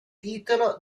titolo